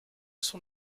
sont